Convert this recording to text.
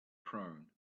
prone